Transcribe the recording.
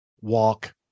walk